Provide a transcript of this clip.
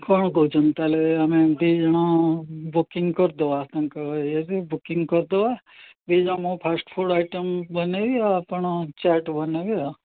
କ'ଣ କହୁଛନ୍ତି ତା'ହେଲେ ଆମେ ଏମିତି ଦୁଇ ଜଣ ବୁକିଂ କରିଦବା ତାଙ୍କ ଇଏରେ ବୁକିଂ କରିଦବା ଦୁଇ ଜଣ ମୋ ଫାଷ୍ଟ୍ ଫୁଡ଼୍ ଆଇଟମ୍ ବନେଇବି ଆଉ ଆପଣ ଚାଟ୍ ବନେଇବେ ଆଉ